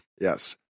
yes